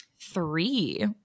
Three